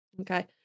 Okay